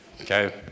Okay